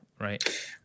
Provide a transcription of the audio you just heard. Right